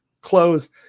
close